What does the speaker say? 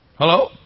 Hello